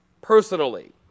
personally